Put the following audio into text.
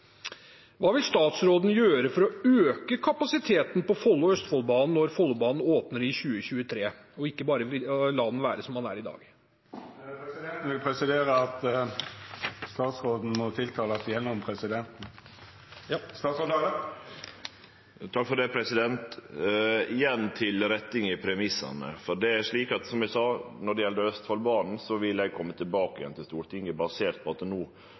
Hva vil statsråden gjøre for å øke kapasiteten for Follo- og Østfoldbanen når Follobanen åpner i 2023, og ikke bare la den være som den er i dag? Presidenten vil presisera at statsråden må tiltalast gjennom presidenten. Igjen til retting i premissane, for det er slik at når det gjeld Østfoldbanen, vil eg, som eg sa, kome tilbake igjen til Stortinget basert på